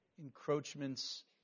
encroachments